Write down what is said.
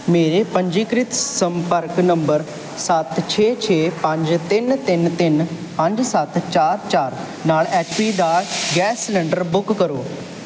ਮੇਰੇ ਪੰਜੀਕ੍ਰਿਤ ਸੰਪਰਕ ਨੰਬਰ ਸੱਤ ਛੇ ਛੇ ਪੰਜ ਤਿੰਨ ਤਿੰਨ ਤਿੰਨ ਪੰਜ ਸੱਤ ਚਾਰ ਚਾਰ ਨਾਲ ਐੱਚਪੀ ਦਾ ਗੈਸ ਸਿਲੰਡਰ ਬੁੱਕ ਕਰੋ